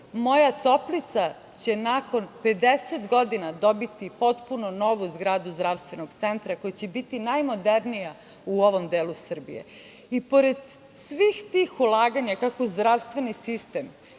Moja Toplica će nakon 50 godina dobiti potpuno novu zgradu zdravstveno centra koja će biti najmodernija u ovom delu Srbije. Pored svih tih ulaganja, kako u zdravstveni sistem,